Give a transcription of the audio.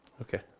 Okay